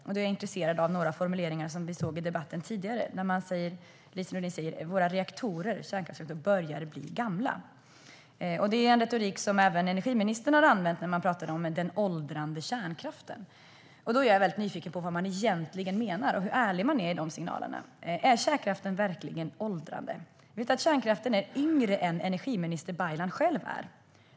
Då är jag intresserad av några formuleringar som vi hörde i debatten tidigare. Lise Nordin säger att våra kärnkraftsreaktorer börjar bli gamla. Det är en retorik som även energiministern har använt när man pratat om den åldrande kärnkraften. Då är jag väldigt nyfiken på vad man egentligen menar och hur ärlig man är i de signalerna. Är kärnkraften verkligen åldrande? Vet du att kärnkraften är yngre än vad energiministern Baylan själv är?